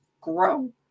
grow